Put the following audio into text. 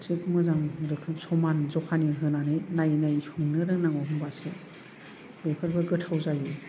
सब मोजां रोखोम समान जखानि होनानै नायै नायै संनो रोंनांगौ होमबासो बेफोरबो गोथाव जायो